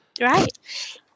right